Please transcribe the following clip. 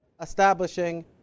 establishing